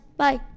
Bye